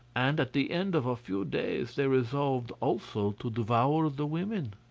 and at the end of a few days they resolved also to devour the women.